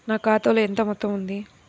నా ఖాతాలో ఎంత మొత్తం ఉంది?